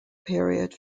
period